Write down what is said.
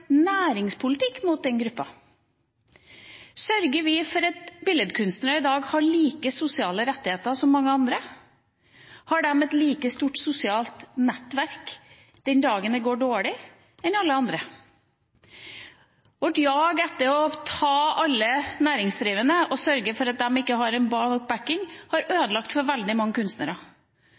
næringspolitikk inn mot den gruppa? Sørger vi for at billedkunstnere i dag har de samme sosiale rettigheter som mange andre? Har de et like stort sosialt nettverk som alle andre den dagen det går dårlig? Vårt jag etter «å ta» alle næringsdrivende og sørge for at de ikke har «backing», har ødelagt for veldig mange kunstnere.